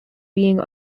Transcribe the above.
being